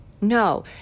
No